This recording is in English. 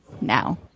now